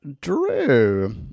Drew